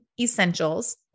essentials